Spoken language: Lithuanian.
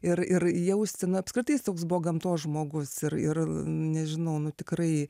ir ir jausti na apskritai toks buvo gamtos žmogus ir ir nežinau nu tikrai